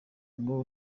ngo